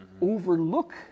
overlook